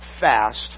fast